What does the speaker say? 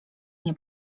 nie